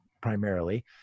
primarily